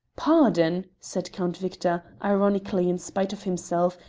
pardon! said count victor, ironically in spite of himself,